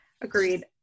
agreed